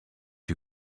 you